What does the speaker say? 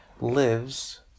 lives